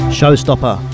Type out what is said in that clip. Showstopper